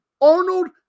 Arnold